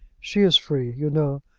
she is free, you know,